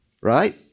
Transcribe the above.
right